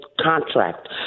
contract